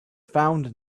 found